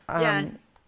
yes